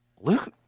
Luke